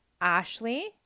ashley